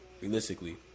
realistically